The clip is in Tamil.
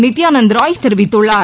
நித்தியானந்த ராய் தெரிவித்துள்ளார்